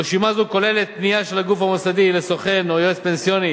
רשימה זו כוללת פנייה של הגוף המוסדי לסוכן או יועץ פנסיוני